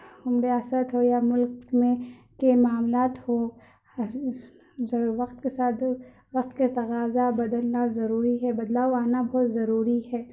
ریاست ہو یا ملک میں کے معاملات ہو ہر وقت کے ساتھ وقت کا تقاضہ بدلنا ضروری ہے بدلاؤ آنا بہت ضروری ہے